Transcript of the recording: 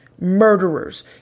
murderers